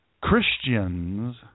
Christians